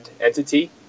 entity